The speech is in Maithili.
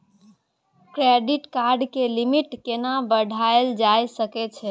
क्रेडिट कार्ड के लिमिट केना बढायल जा सकै छै?